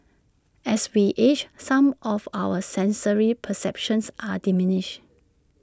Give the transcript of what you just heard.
as we age some of our sensory perceptions are diminished